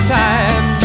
time